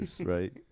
right